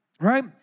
right